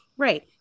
right